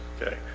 okay